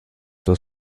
das